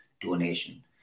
donation